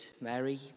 Mary